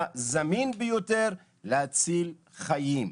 והזמין ביותר להציל חיים.